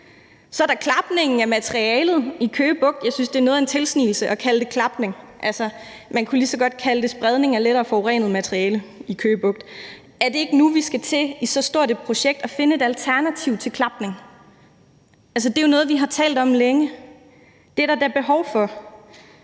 Så er der klapningen af materialet i Køge Bugt. Jeg synes, det er noget af en tilsnigelse at kalde det klapning – altså, man kunne lige så godt kalde det spredning af lettere forurenet materiale i Køge Bugt. Er det ikke nu, vi skal til – i så stort et projekt – at finde et alternativ til klapning? Altså, det er jo noget, vi har talt om længe. Det er der da behov for.